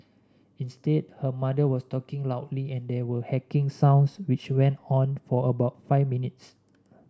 instead her mother was talking loudly and there were hacking sounds which went on for about five minutes